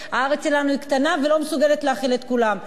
הארץ שלנו קטנה ולא מסוגלת להכיל את כולם,